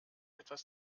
etwas